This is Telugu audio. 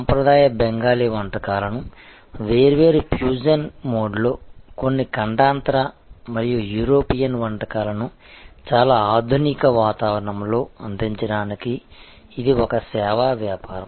సాంప్రదాయ బెంగాలీ వంటకాలను వేర్వేరు ఫ్యూజన్ మోడ్లో కొన్ని ఖండాంతర మరియు యూరోపియన్ వంటకాలను చాలా ఆధునిక వాతావరణంలో అందించడానికి ఇది ఒక సేవా వ్యాపారం